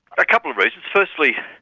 a couple of reasons. firstly,